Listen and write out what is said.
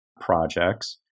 projects